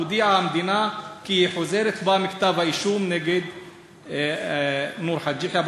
הודיעה המדינה כי היא חוזרת בה מכתב-האישום נגד נור חאג' יחיא,